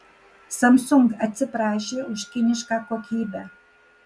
samsung atsiprašė už kinišką kokybę